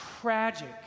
tragic